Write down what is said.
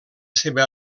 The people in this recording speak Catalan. seva